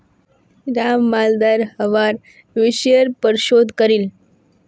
राम मालदार हवार विषयर् पर शोध करील